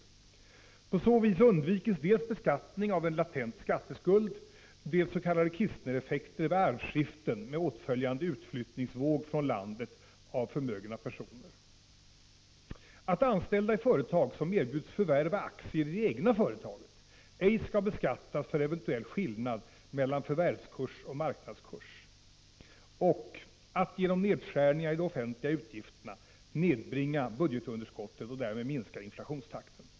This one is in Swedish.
På så vis undviks dels beskattning av en latent skatteskuld, dels s.k. Kistnereffekter vid arvsskiften med åtföljande utflyttningsvåg från landet av förmögna personer, att genom nedskärningar i de offentliga utgifterna nedbringa budgetunderskottet och därmed minska inflationstakten.